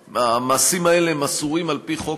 המעשים האלה הם אסורים על-פי חוק,